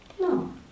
No